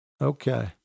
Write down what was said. Okay